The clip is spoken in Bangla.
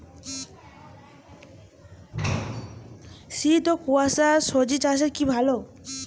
শীত ও কুয়াশা স্বজি চাষে কি ভালো?